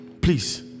please